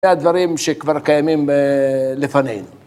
‫זה הדברים שכבר קיימים לפנינו.